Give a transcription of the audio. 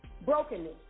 Brokenness